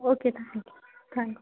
okay thank you thank